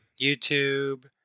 YouTube